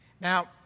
Now